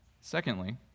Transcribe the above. Secondly